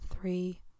three